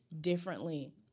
differently